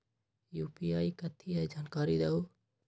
UPI कथी है? जानकारी दहु